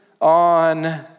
on